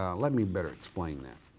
ah let me better explain that.